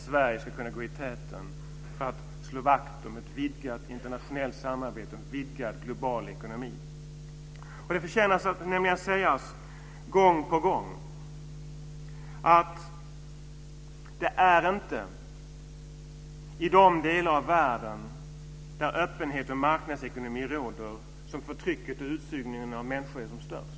Sverige ska kunna gå i täten för att slå vakt om ett vidgat internationellt samarbete och en vidgad global ekonomi. Det förtjänar att sägas gång på gång att det inte är i de delar av världen där öppenhet och marknadsekonomi råder som förtrycket och utsugningen av människor är som störst.